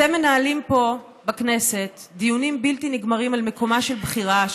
אתם מנהלים דיונים בלתי נגמרים על מקומה של בחירה,